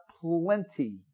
plenty